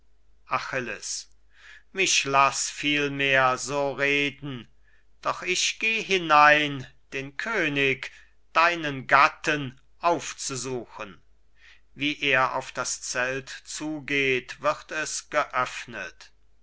achilles mich laß vielmehr so reden doch ich geh hinein den könig deinen gatten aufzusuchen wie er auf das zelt zugeht wird es geöffnet